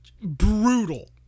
Brutal